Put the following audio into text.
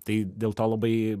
tai dėl to labai